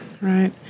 Right